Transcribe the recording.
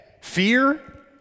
fear